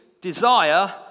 desire